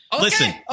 Listen